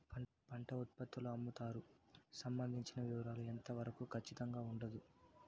పంట ఉత్పత్తుల అమ్ముతారు సంబంధించిన వివరాలు ఎంత వరకు ఖచ్చితంగా ఉండదు?